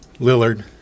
Lillard